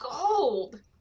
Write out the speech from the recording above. gold